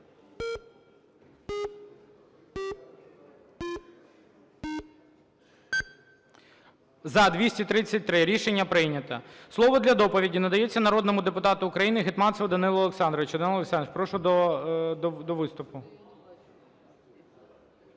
За-233 Рішення прийнято. Слово для доповіді надається народному депутату України Гетманцеву Данилу Олександровичу. Данило Олександрович, прошу до виступу.